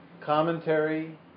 commentary